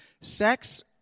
sex